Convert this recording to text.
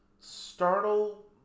Startle